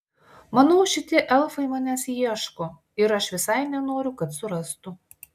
manau šitie elfai manęs ieško ir aš visai nenoriu kad surastų